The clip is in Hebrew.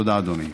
תודה, אדוני.